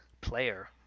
player